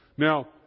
Now